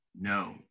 No